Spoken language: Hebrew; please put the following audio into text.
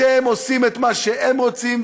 אתם עושים את מה שהם רוצים,